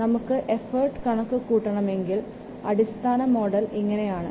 നമുക്ക് എഫോർട് കണക്കു കൂട്ടണമെകിൽ അടിസ്ഥാന മോഡൽ ഇങ്ങനെ ആണ്